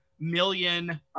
million